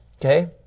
okay